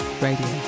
radio